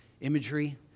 imagery